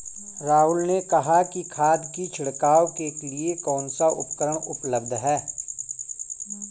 राहुल ने कहा कि खाद की छिड़काव के लिए कौन सा उपकरण उपलब्ध है?